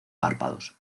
párpados